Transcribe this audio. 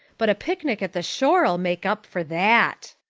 but a picnic at the shore'll make up for that.